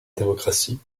démocratie